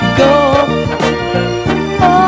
go